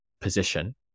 position